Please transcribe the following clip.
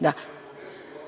itd.